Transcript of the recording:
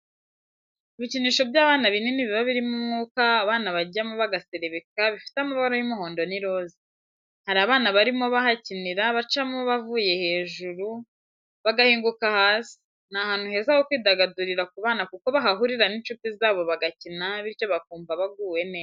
Ibikinisho by'abana binini biba birimo umwuka abana bajyamo bagaserebeka, bifite amabara y'umuhondo n'iroza. Hari abana barimo bahakinira bacamo bavuye hejuru bagahinguka hasi. Ni ahantu heza ho kwidagadurira ku bana kuko bahahurira n'inshuti zabo bagakina bityo bakumva baguwe neza.